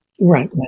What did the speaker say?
Right